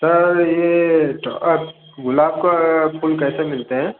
sir ये गुलाब का फूल कैसे मिलते हैं